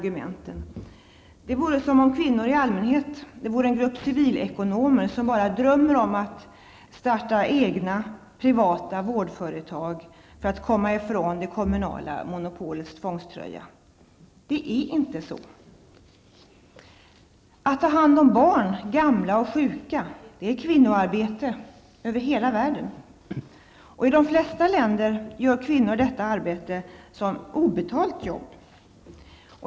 Det är som om kvinnor i allmänhet skulle vara en grupp civilekonomer som bara drömmer om att få starta egna, privata vårdföretag för att komma ifrån det kommunala monopolets tvångströja. Det är inte så. Att ta hand om barn, gamla och sjuka är kvinnoarbete över hela världen. I de flesta länder gör kvinnorna detta arbete som ett obetalt jobb.